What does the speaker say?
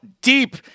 deep